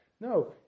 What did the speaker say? No